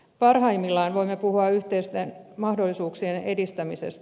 parhaimmillaan voimme puhua yhteisten mahdollisuuksien edistämisestä